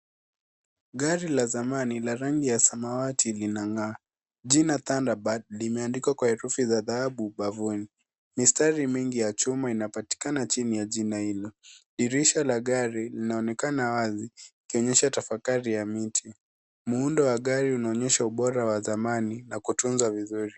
Gari la samani la rangi ya samawati linangaa. Jina Thunderbird limeandikwa kwa herufi za dhabu bafuni, mistari mingi ya chuma linapatikana jini ya jina hilo. Dirisha la gari linaonekana wazi ikionyesha tafakari ya mji. Muundo wa gari unaonyesha ubora wa samani na kutunza vizuri.